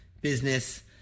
business